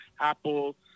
Apple